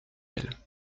elle